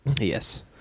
yes